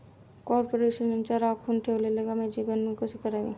कॉर्पोरेशनच्या राखून ठेवलेल्या कमाईची गणना कशी करावी